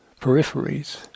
peripheries